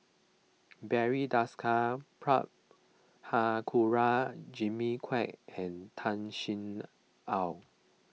Barry Desker Prabhakara Jimmy Quek and Tan Sin Aun